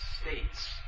states